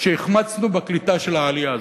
שהחמצנו בקליטה של העלייה הזאת,